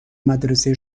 مدرسه